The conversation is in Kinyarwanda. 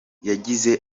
yagize